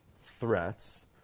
threats